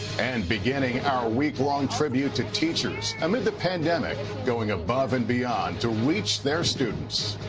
and beginning our week long tribute to teachers, amid the pandemic, going above and beyond to reach their students